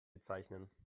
bezeichnen